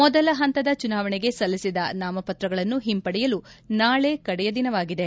ಮೊದಲ ಹಂತದ ಚುನಾವಣೆಗೆ ಸಲ್ಲಿಸಿದ ನಾಮಪತ್ರಗಳನ್ನು ಹಿಂಪಡೆಯಲು ನಾಳಿ ಕಡೆಯ ದಿನವಾಗಿದೆ